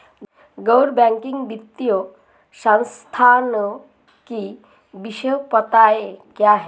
गैर बैंकिंग वित्तीय संस्थानों की विशेषताएं क्या हैं?